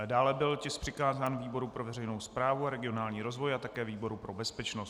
Dále byl tisk přikázán výboru pro veřejnou správu a regionální rozvoj a také výboru pro bezpečnost.